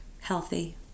healthy